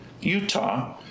Utah